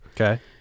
Okay